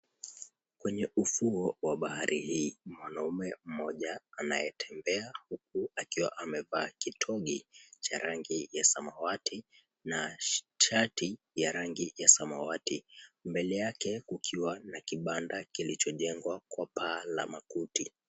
Kwenye ufuo wa bahari hii mwanaume mmoja anatembea huku akivaa kitonge cha rangi ya samawati na shati ya rangi ya samawati, mbele yake kukiwa na kibanda kilichojengwa paa la makuti.